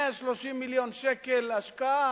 130 מיליון שקל השקעה.